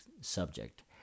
subject